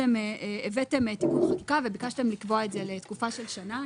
הבאתם את החקיקה וביקשתם לקבוע את זה לתקופה של שנה.